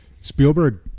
Spielberg